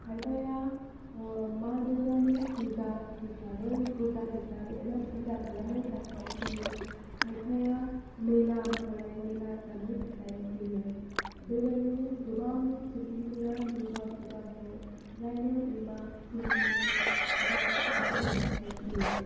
खायफाया मा दुर्गानि फुजा हिसाबै फुजा हिसाब एबा फुजा खालामनो थाखाय फैयो खायफाया मेला महरै मेला जानो थाखाय फैयो बेबायदिनो गोबां सुबुंफोरा दुर्गा फुजाखौ नायनो एबा खुलुमनो एबा जानो थाखाय फैयो